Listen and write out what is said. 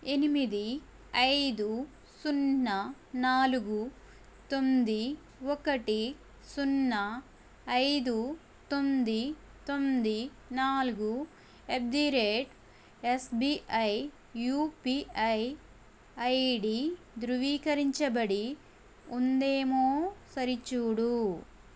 ఎనిమిది ఐదు సున్నా నాలుగు తొమ్మిది ఒకటి సున్నా ఐదు తొమ్మిది తొమ్మిది నాలుగు at the rate SBI UPI ID ధృవీకరించబడి ఉందేమో సరిచూడు